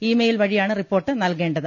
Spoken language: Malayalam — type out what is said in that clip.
ഇ മെയിൽ വഴിയാണ് റിപ്പോർട്ട് നൽകേ ണ്ടത്